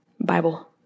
Bible